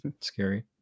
scary